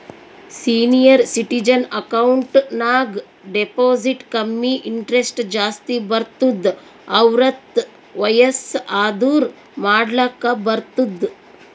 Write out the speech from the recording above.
senior citizen account ನಾಗ್ deposit ಕಮ್ಮಿ interest ಜಾಸ್ತಿ ಬರ್ತುದ್ ಅರ್ವತ್ತ್ ವಯಸ್ಸ್ ಆದೂರ್ ಮಾಡ್ಲಾಕ ಬರ್ತುದ್